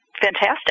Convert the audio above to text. fantastic